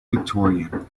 victorian